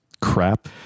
crap